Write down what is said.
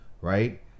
right